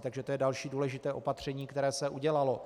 Takže to je další důležité opatření, které se udělalo.